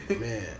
Man